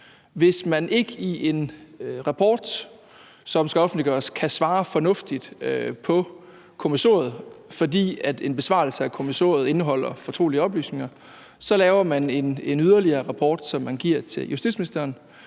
Hvis man i en rapport, som skal offentliggøres, ikke kan svare fornuftigt på kommissoriet, fordi en besvarelse af kommissoriet indeholder fortrolige oplysninger, så laver man en rapport yderligere, som man giver til justitsministeren,